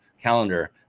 calendar